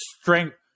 strength